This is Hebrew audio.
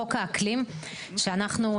חוק האקלים שאנחנו,